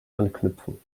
anknüpfen